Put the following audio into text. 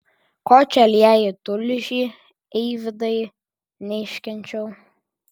ko čia lieji tulžį eivydai neiškenčiau